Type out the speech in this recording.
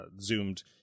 zoomed